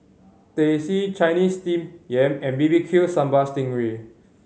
Teh C Chinese Steamed Yam and B B Q Sambal sting ray